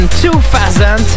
2000